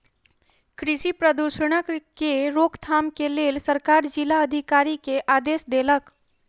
कृषि प्रदूषणक के रोकथाम के लेल सरकार जिला अधिकारी के आदेश देलक